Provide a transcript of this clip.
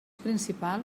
principal